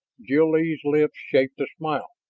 jil-lee's lips shaped a smile.